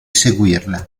seguirla